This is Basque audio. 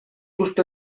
uste